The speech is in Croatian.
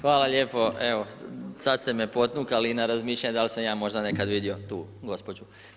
Hvala lijepo, evo sada ste me potaknuli na razmišljanje, da li sam ja možda nekada vidio tu gospođu.